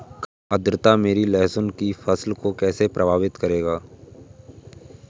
कम आर्द्रता मेरी लहसुन की फसल को कैसे प्रभावित करेगा?